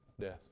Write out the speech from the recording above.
Death